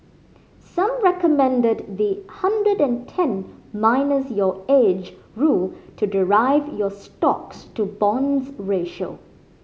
some recommended the hundred and ten minus your age rule to derive your stocks to bonds ratio